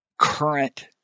current